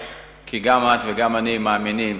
כי גם את וגם אני מאמינים